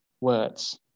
words